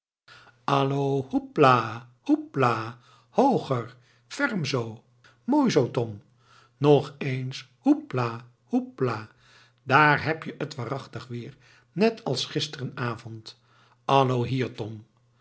allo hoepla hoepla hooger ferm zoo mooi zoo tom nog eens hoepla hoepla daar heb je het waarachtig weer net als gisterenavond allo hier tom